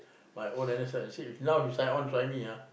my own N_S you see if now you sign on try me ah